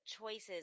choices